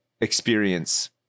experience